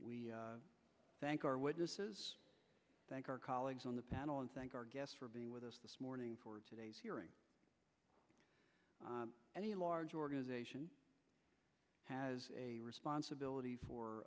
we thank our witnesses thank our colleagues on the panel and thank our guests for being with us this morning for today's hearing any large organization has a responsibility for